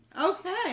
Okay